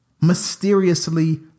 mysteriously